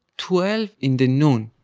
twelve in the noon.